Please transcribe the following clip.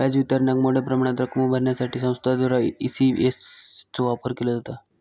व्याज वितरणाक मोठ्या प्रमाणात रक्कम भरण्यासाठी संस्थांद्वारा ई.सी.एस चो वापर केलो जाता